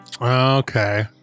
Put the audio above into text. Okay